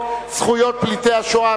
זכויות פליטי השואה,